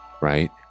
right